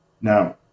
Now